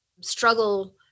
struggle